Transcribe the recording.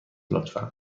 لطفا